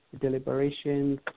deliberations